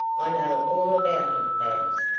i know all about him, babs,